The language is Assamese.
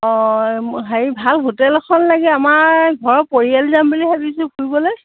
অঁ হেৰি ভাল হোটেল এখন লাগে আমাৰ ঘৰৰ পৰিয়াল যাম বুলি ভাবিছোঁ ফুৰিবলৈ